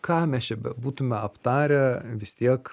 ką mes čia bebūtume aptarę vis tiek